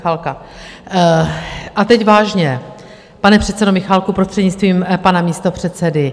A teď vážně, pane předsedo Michálku, prostřednictvím pana místopředsedy.